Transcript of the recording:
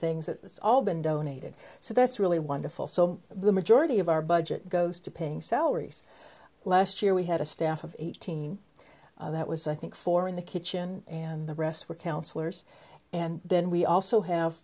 things that all been donated so that's really wonderful so the majority of our budget goes to paying salaries last year we had a staff of eighteen that was i think four in the kitchen and the rest were counselors and then we also have